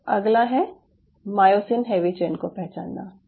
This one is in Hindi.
तो अगला है मायोसिन हैवी चेन को पहचानना